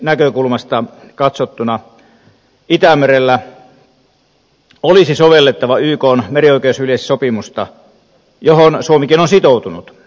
biodiversiteettinäkökulmasta katsottuna itämerellä olisi sovellettava ykn merioikeusyleissopimusta johon suomikin on sitoutunut